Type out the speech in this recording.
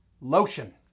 lotion